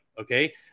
Okay